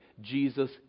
Jesus